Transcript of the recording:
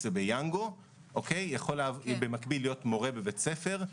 וביאנגו הוא יכול במקביל להיות מורה בבית ספר,